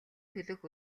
төлөөх